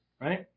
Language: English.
right